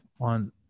on